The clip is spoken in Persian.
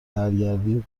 برگردی